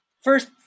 First